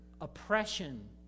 oppression